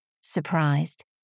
surprised